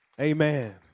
Amen